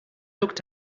looked